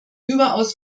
überaus